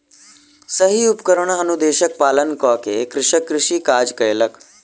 सही उपकरण अनुदेशक पालन कअ के कृषक कृषि काज कयलक